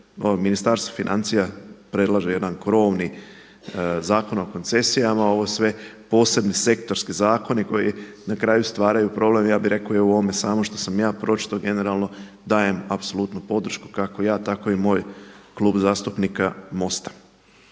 Ministarstvo financija predlaže jedan krovni Zakon o koncesijama. Ovo sve posebni sektorski zakoni koji na kraju stvaraju problem ja bih rekao i o ovome što sam ja samo pročitao generalno dajem apsolutno podršku kako ja, tako i moj Klub zastupnika MOST-a.